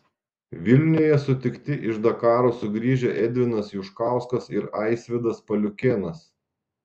vilniuje sutikti iš dakaro sugrįžę edvinas juškauskas ir aisvydas paliukėnas